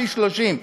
פי-30.